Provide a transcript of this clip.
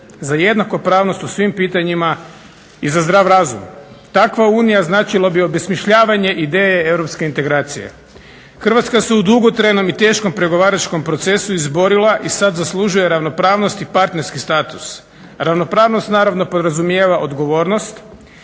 za jednakopravnost u svim pitanjima i za zdrav razum. Takva unija značila bi obesmišljavanje ideje europske integracije. Hrvatska se u dugotrajnom i teškom pregovaračkom procesu izborila i sada zaslužuje ravnopravnost i partnerski status. Ravnopravnost naravno podrazumijeva odgovornost